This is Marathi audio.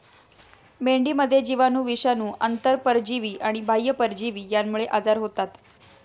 मेंढीमध्ये जीवाणू, विषाणू, आंतरपरजीवी आणि बाह्य परजीवी यांमुळे आजार होतात